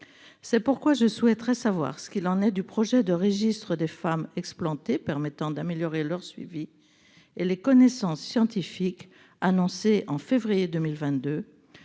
C'est pourquoi je souhaite savoir ce qu'il en est du projet de registre des femmes explantées permettant d'améliorer leur suivi et les connaissances scientifiques annoncé au mois de février 2022,